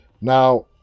Now